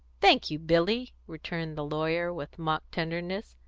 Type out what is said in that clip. thank you, billy, returned the lawyer, with mock-tenderness.